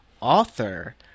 author